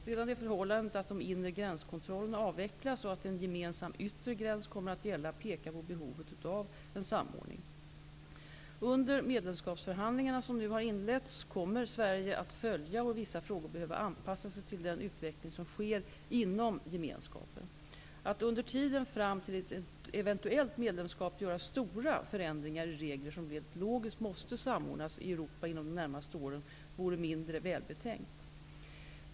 Redan det förhållande att de inre gränskontrollerna avvecklas och att en gemensam yttre gräns kommer att gälla pekar på behoven av samordning. Under medlemskapsförhandlingarna, som nu inletts, kommer Sverige att följa och i vissa frågor behöva anpassa sig till den utveckling som sker inom Gemenskapen. Att under tiden fram till ett eventuellt medlemskap göra stora förändringar i regler som rent logiskt måste samordnas i Europa inom de närmaste åren vore mindre välbetänkt.